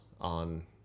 on